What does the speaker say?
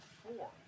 four